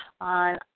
on